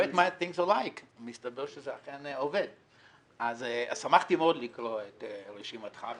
שמחתי מאוד לקרוא את רשימתך.